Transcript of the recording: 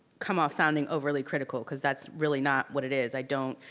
come off sounding overly critical cause that's really not what it is, i don't.